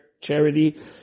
charity